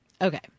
Okay